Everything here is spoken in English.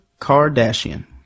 Kardashian